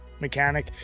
mechanic